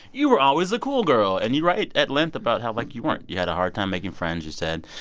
you were always the cool girl. and you write at length about how, like, you weren't. you had a hard time making friends, you said.